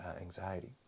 anxiety